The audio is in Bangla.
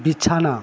বিছানা